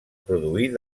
produir